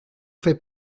fait